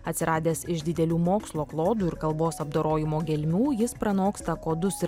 atsiradęs iš didelių mokslo klodų ir kalbos apdorojimo gelmių jis pranoksta kodus ir